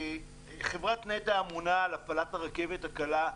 חברת נת"ע אמונה על הפעלת הרכבת הקלה.